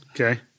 Okay